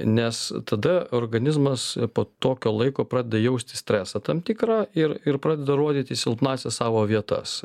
nes tada organizmas po tokio laiko pradeda jausti stresą tam tikrą ir ir pradeda rodyti silpnąsias savo vietas